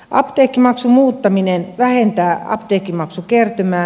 apteekkimaksun muuttaminen vähentää apteekkimaksukertymää